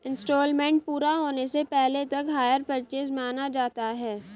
instalment पूरा होने से पहले तक हायर परचेस माना जाता है